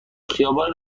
خیابانی